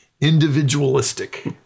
individualistic